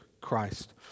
Christ